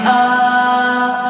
up